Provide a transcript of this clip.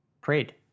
prayed